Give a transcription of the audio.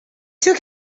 took